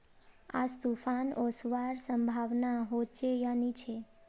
आज तूफ़ान ओसवार संभावना होचे या नी छे?